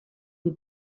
des